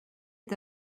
est